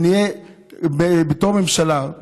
בתור ממשלה,